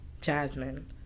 jasmine